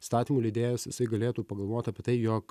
įstatymų leidėjas jisai galėtų pagalvot apie tai jog